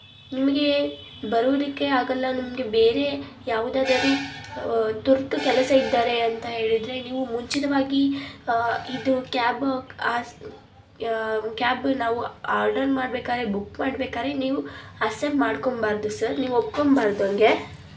ನಿಮಗೆ ಬರುವುದಕ್ಕೆ ಆಗಲ್ಲ ನಿಮಗೆ ಬೇರೆ ಯಾವುದಾದರು ತುರ್ತು ಕೆಲಸ ಇದೆ ಅಂತ ಹೇಳಿದರೆ ನೀವು ಮುಂಚಿತವಾಗಿ ಇದು ಕ್ಯಾಬ್ ಆಸ್ ಕ್ಯಾಬ್ ನಾವು ಆರ್ಡರ್ ಮಾಡ್ಬೇಕಾದ್ರೆ ಬುಕ್ ಮಾಡ್ಬೇಕಾದ್ರೆ ನೀವು ಅಕ್ಸೆಪ್ಟ್ ಮಾಡ್ಕೋಬಾರ್ದು ಸರ್ ನೀವು ಒಪ್ಕೋಬಾರ್ದು ಹಾಗೆ